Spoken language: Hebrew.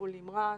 טיפול נמרץ,